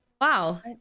wow